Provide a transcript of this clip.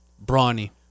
Brawny